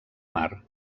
mar